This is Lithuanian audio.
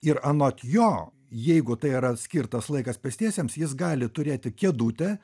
ir anot jo jeigu tai yra skirtas laikas pėstiesiems jis gali turėti kėdutę